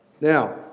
Now